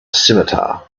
scimitar